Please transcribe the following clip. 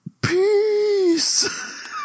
Peace